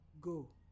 go